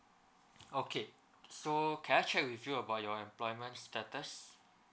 okay so can I check with you about your employment status